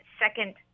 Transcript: second